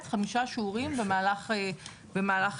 חמישה שיעורים במהלך הלימודים.